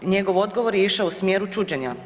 Njegov odgovor je išao u smjeru čuđenja.